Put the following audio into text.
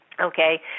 Okay